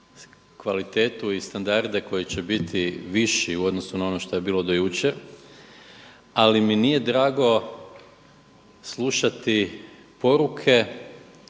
kvalitetu i standarde koji će biti viši u odnosu na ono što je bilo do jučer, ali mi nije drago slušati poruke,